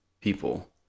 people